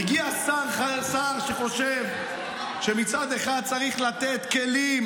הגיע שר שחושב שמצד אחד צריך לתת כלים